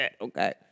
Okay